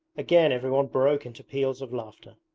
again everyone broke into peals of laughter.